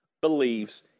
believes